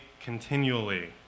continually